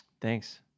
Thanks